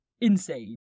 insane